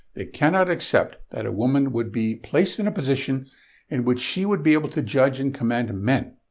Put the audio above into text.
they cannot accept that a woman would be placed in a position in which she would be able to judge and command men.